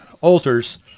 altars